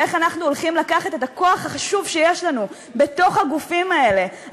ואיך אנחנו הולכים לקחת את הכוח החשוב שיש לנו בתוך הגופים האלה,